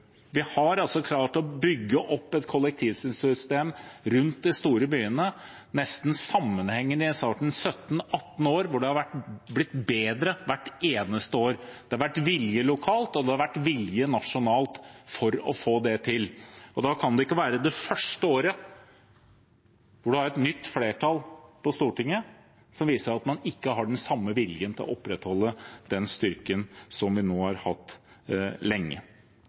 Vi har altså klart å bygge opp et kollektivsystem rundt de store byene nesten sammenhengende i 17–18 år hvor det er blitt bedre hvert eneste år. Det har vært vilje lokalt, og det har vært vilje nasjonalt for å få det til. Da kan det ikke være det første året hvor man har et nytt flertall på Stortinget, som viser at man ikke har den samme viljen til å opprettholde den styrken som vi nå har hatt lenge.